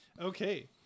Okay